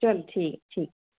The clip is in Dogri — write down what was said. चलो ठीक ऐ ठीक